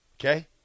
okay